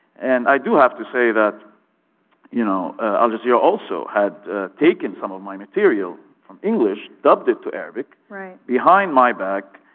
and, i do have to say that you know ah al jazeera also had taken some of my material from english, dubbed it to arabic behind my back,